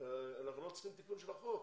אנחנו לא צריכים תיקון של החוק.